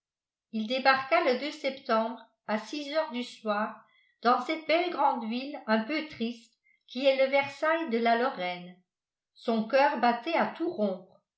il débarqua le septembre à six heures du soir dans cette belle grande ville un peu triste qui est le versailles de la lorraine son coeur battait à tout